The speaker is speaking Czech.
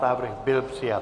Návrh byl přijat.